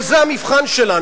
אבל זה המבחן שלנו,